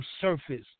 surface